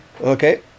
Okay